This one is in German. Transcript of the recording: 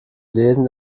lesen